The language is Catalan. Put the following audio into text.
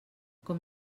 com